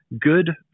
good